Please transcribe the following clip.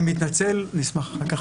אני מתנצל, נשמח אחר כך.